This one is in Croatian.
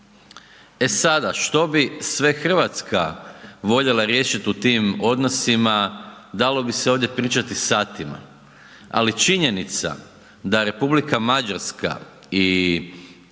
E sada, što bi sve Hrvatska voljela riješiti u tim odnosima, dalo bi se ovdje pričati satima. Ali činjenica da Republika Mađarska i njena